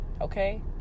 okay